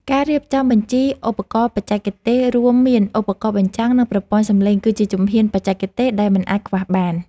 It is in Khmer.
ការរៀបចំបញ្ជីឧបករណ៍បច្ចេកទេស រួមមានឧបករណ៍បញ្ចាំង និងប្រព័ន្ធសំឡេង គឺជាជំហានបច្ចេកទេសដែលមិនអាចខ្វះបាន។